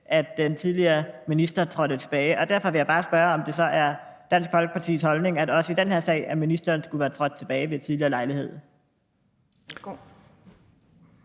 at ministeren trådte tilbage. Og derfor vil jeg bare spørger, om det så er Dansk Folkepartis holdning også i den her sag, at ministeren skulle være trådt tilbage ved en tidligere lejlighed.